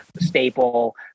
staple